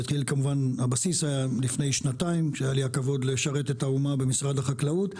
אבל הבסיס היה לפני שנתיים כשהיה לי הכבוד לשרת את האומה במשרד החקלאות.